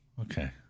Okay